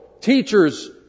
teachers